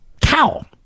cow